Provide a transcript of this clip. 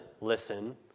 listen